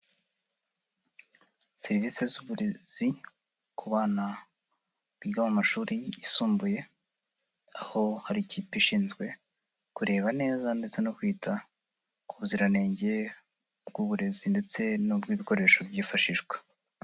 Serivisi z'uburezi ku bana biga mu mashuri yisumbuye, aho hari kipe ishinzwe kureba neza ndetse no kwita ku buziranenge bw'uburezi ndetse n'ubw'ibikoresho byifashishwa.